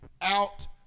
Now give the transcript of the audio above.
out